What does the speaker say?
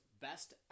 best